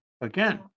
again